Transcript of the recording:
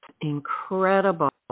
incredible